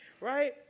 right